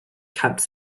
caps